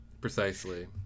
Precisely